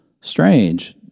strange